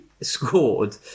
scored